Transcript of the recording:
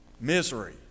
misery